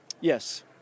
Yes